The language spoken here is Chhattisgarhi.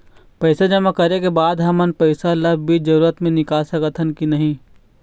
पैसा जमा करे के बाद हमन पैसा ला बीच जरूरत मे निकाल सकत हन की नहीं?